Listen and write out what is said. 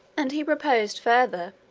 and he proposed further,